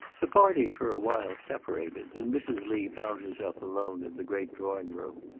the party for a while separated, and mrs. lee found herself alone in the great drawing-room.